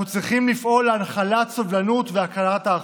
אנחנו צריכים לפעול להנחלת סובלנות ולהכרת האחר.